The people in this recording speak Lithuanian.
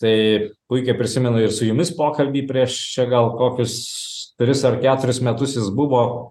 tai puikiai prisimenu ir su jumis pokalbį prieš čia gal kokius tris ar keturis metus jis buvo